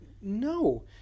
no